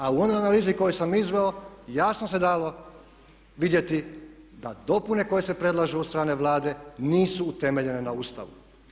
A u onoj analizi koju sam izveo jasno se dalo vidjeti da dopune koje se predlažu od strane Vlade nisu utemeljene na Ustavu.